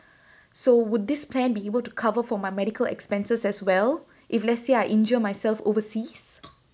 so would this plan be able to cover for my medical expenses as well if let's say I injure myself overseas